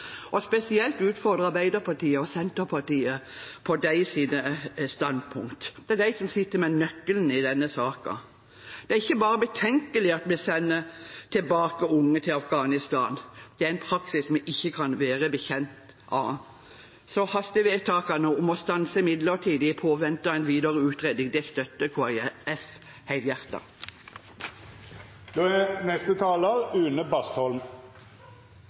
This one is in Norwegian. spesielt utfordre Arbeiderpartiet og Senterpartiet på deres standpunkt. Det er de som sitter med nøkkelen i denne saken. Det er ikke bare betenkelig at vi sender unge tilbake til Afghanistan, det er en praksis vi ikke kan være bekjent av. Så hastevedtaket om å stanse midlertidig i påvente av en videre utredning støtter